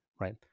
Right